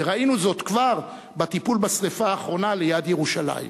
וראינו זאת כבר בטיפול בשרפה האחרונה ליד ירושלים.